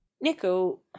Nico